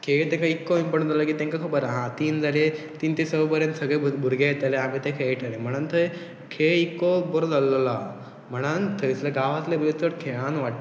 खेळ ताका इतको इंपोर्टंट जाललो की तांकां खबर आहा तीन जाले तीन ते स पर्यंत सगळे भुरगे येताले आमी ते खेळटले म्हणून थंय खळ इतको बरो जाल्लो आहा म्हण थंयसल्या गांवांतले बी चड खेळान वाडटा